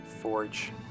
Forge